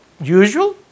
usual